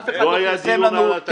לא היה --- אף אחד לא פירסם תקן.